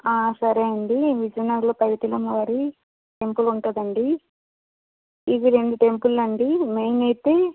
సరే అండి విజయనగరంలో పైడితల్లి అమ్మవారి టెంపుల్ ఉంటుందండి ఇవి రెండు టెంపుల్ అండి మెయిన్ అయితే